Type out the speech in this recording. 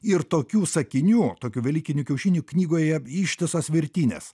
ir tokių sakinių tokių velykinių kiaušinių knygoje ištisos virtinės